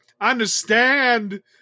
Understand